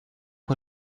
put